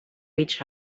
each